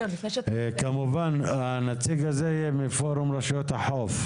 כמובן הנציג הזה יהיה מפורום רשויות החוף,